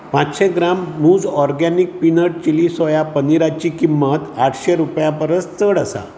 पांचशीं ग्राम मुझ organic peanut chilli soya पनीराची किंमत आठशीं रुपया परस चड आसा